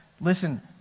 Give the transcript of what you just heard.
Listen